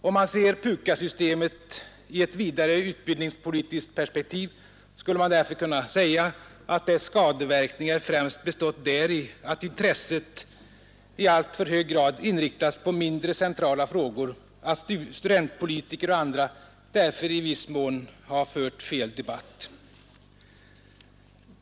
Om man ser PUKAS-systemet i ett vidare utbildningspolitiskt perspektiv skulle man därför kunna säga att dess skadeverkningar främst bestått däri att intresset i alltför hög grad inriktats på mindre centrala frågor, att studentpolitiker och andra därför i viss mån har fört fel debatt.